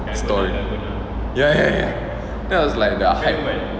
story ya ya that was like the hype leh